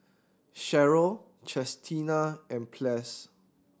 Cheryl Chestina and Ples